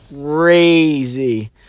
crazy